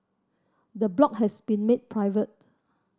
the blog has been made private